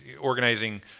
organizing